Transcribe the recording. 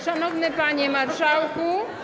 Szanowny Panie Marszałku!